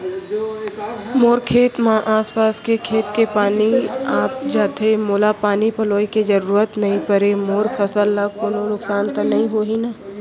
मोर खेत म आसपास के खेत के पानी आप जाथे, मोला पानी पलोय के जरूरत नई परे, मोर फसल ल कोनो नुकसान त नई होही न?